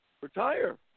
retire